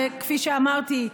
וכפי שאמרתי,